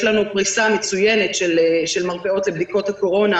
יש לנו פרישה מצוינת של מרפאות לבדיקות הקורונה,